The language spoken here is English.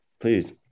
please